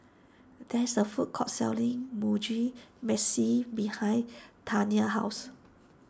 there is a food court selling Mugi Meshi behind Taina's house